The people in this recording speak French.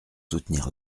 soutenir